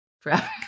forever